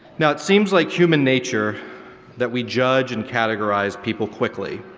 now it seems like human nature that we judge and categorize people quickly.